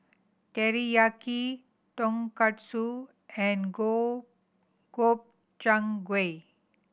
Teriyaki Tonkatsu and Go Gobchang Gui